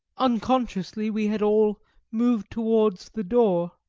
unconsciously we had all moved towards the door,